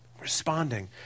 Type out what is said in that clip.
Responding